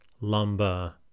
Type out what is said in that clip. Lumber